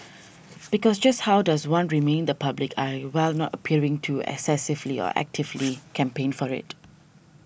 because just how does one remain the public eye while not appearing to excessively or actively campaign for it